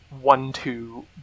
one-two